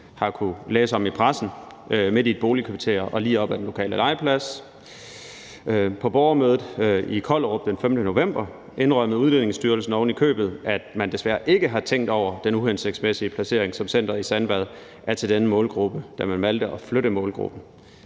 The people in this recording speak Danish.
har kunnet læse om i pressen, midt i et boligkvarter og lige op ad den lokale legeplads. På borgermødet i Kollerup den 5. november indrømmede Udlændingestyrelsen ovenikøbet, at man desværre ikke har tænkt over den uhensigtsmæssige placering, som centeret i Sandvader til denne målgruppe, da man valgte at flytte målgruppen.